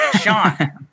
Sean